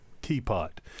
teapot